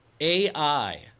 AI